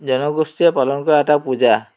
জনগোষ্ঠীয়ে পালন কৰা এটা পূজা